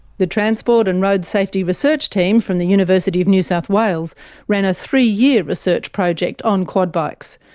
the transport and road safety research team from the university of new south wales ran a three-year research project on quad bikes,